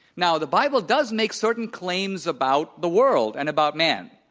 now, the bible does make certain claims about the world and about man.